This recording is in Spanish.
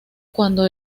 cuando